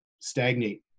stagnate